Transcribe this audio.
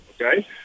Okay